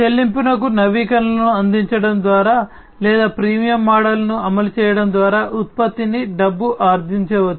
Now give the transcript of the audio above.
చెల్లింపు నవీకరణలను అందించడం ద్వారా లేదా ఫ్రీమియం మోడల్ను అమలు చేయడం ద్వారా ఉత్పత్తిని డబ్బు ఆర్జించవచ్చు